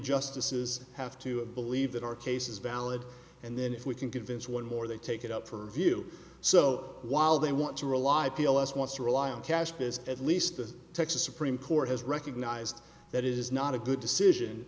justices have to believe that our case is valid and then if we can convince one more they take it up for view so while they want to rely peel us wants to rely on cash because at least the texas supreme court has recognized that it is not a good decision